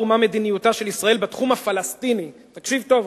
מה מדיניותה של ישראל בתחום הפלסטיני" תקשיב טוב,